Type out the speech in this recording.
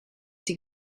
die